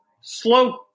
Slow